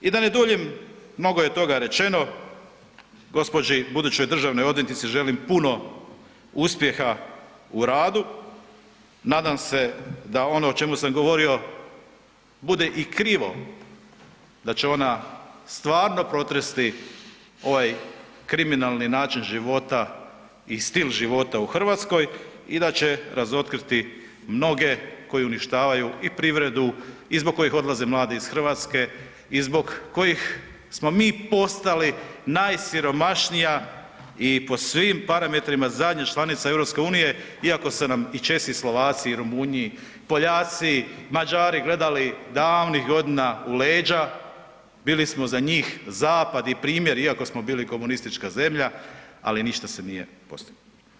I da ne duljim, mnogo je toga rečeno, gospođi budućoj državnoj odvjetnici želim puno uspjeha u radu, nadam se da on o čemu sam govorio bude i krivo da će ona stvarno protresti ovaj kriminalni način života i stil života u Hrvatskoj i da će razotkriti mnoge koji uništavaju i privredu i zbog kojih odlaze mladi iz Hrvatske iz zbog kojih smo mi postali najsiromašnija i po svim parametrima zadnja članica EU iako su nam i Česi i Slovaci i Rumunji, Poljaci, Mađari gledali davnih godina u leđa, bili smo za njih zapad i primjer iako smo bili komunistička zemlja, ali ništa se nije postiglo.